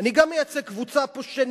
גם אני מייצג פה קבוצה שנרדפת